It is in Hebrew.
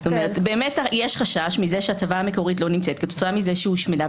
זאת אומרת אם יש חשש שהצוואה המקורית לא נמצאת כתוצאה מזה שהיא הושמדה,